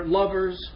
lovers